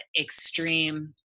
extreme